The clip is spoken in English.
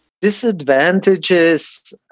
Disadvantages